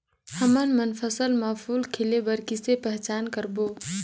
हमन मन फसल म फूल खिले बर किसे पहचान करबो?